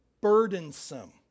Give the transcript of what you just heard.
burdensome